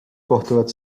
kohtuvad